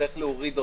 צריך להוריד אותה.